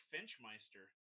Finchmeister